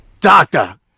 Doctor